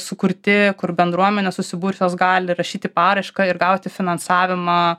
sukurti kur bendruomenės susibūrusios gali rašyti paraišką ir gauti finansavimą